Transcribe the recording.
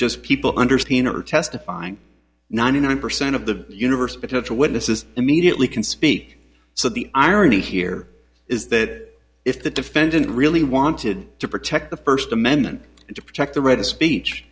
just people under subpoena or testifying ninety nine percent of the universe potential witnesses immediately can speak so the irony here is that if the defendant really wanted to protect the first amendment and to protect the right of speech